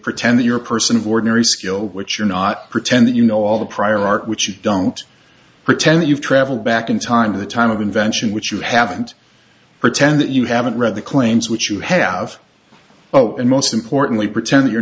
pretend that you're a person of ordinary skill but you're not pretend that you know all the prior art which you don't pretend that you've traveled back in time to the time of invention which you haven't pretend that you haven't read the claims which you have zero and most importantly pretend you're